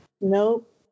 Nope